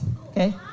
okay